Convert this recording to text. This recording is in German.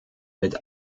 mit